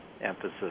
emphasis